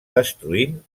destruint